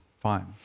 fine